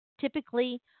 typically